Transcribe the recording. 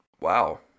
Wow